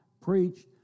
preached